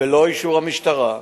בלא אישור המשטרה.